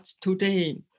today